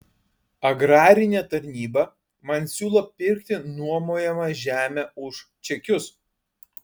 agrarinė tarnyba man siūlo pirkti nuomojamą žemę už čekius